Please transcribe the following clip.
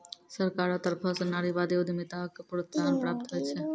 सरकारो तरफो स नारीवादी उद्यमिताक प्रोत्साहन प्राप्त होय छै